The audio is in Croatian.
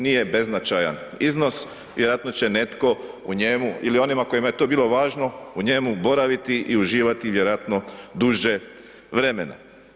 Nije beznačajan iznos, vjerojatno će netko u njemu ili onima kojima je to bilo važno, u njemu boraviti i uživati vjerojatno duže vremena.